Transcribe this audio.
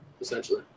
essentially